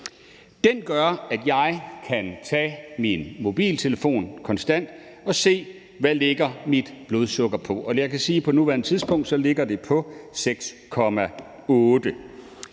Den gør, at jeg kan tage min mobiltelefon og konstant se, hvad mit blodsukker ligger på. Og jeg kan sige, at på nuværende tidspunkt ligger det på 6,8.